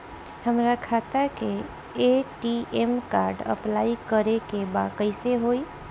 हमार खाता के ए.टी.एम कार्ड अप्लाई करे के बा कैसे होई?